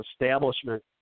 establishment